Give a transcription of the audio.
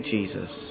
Jesus